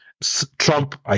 Trump